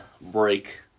break